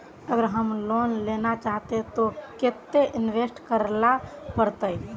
अगर हम लोन लेना चाहते तो केते इंवेस्ट करेला पड़ते?